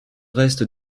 reste